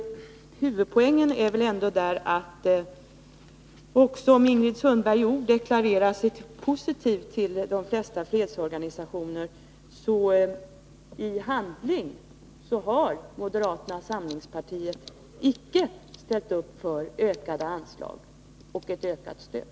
Huvudpoängen där är väl att även om Ingrid Sundberg i ord deklarerar sig positiv till de flesta fredsorganisationer så har moderata samlingspartiet i handling icke ställt upp för ökade anslag eller ett ökat stöd.